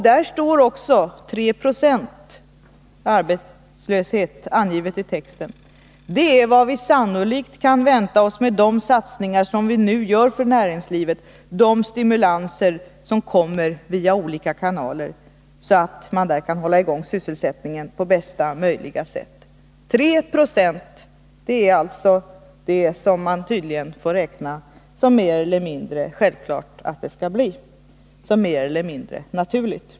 Där står också 3 96” — alltså 3 70 arbetslöshet — ”angivet i texten. Det är vad vi sannolikt kan vänta oss med de satsningar som vi nu gör för näringslivet — de stimulanser som kommer via olika kanaler — så att man där kan hålla i gång sysselsättningen på bästa möjliga sätt.” 3 20 är alltså det som vi tydligen får räkna med som mer eller mindre självklart. Det är vad regeringen anser vara mer eller mindre naturligt.